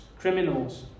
criminals